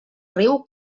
riu